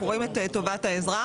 אנחנו רואים את טובת האזרח.